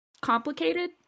complicated